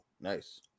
nice